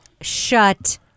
Shut